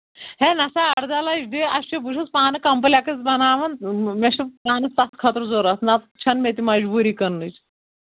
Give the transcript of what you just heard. ہے نہ سا اَرداہ لَچھ دِ اَسہِ چھِ بہٕ چھُس پانہٕ کَمپٕلٮ۪کٕس بَناوان مےٚ چھُ پانَس تَتھ خٲطرٕ ضوٚرَتھ نَتہٕ چھَنہٕ مےٚ تہِ مجبوٗری کٕننٕچ